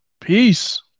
Peace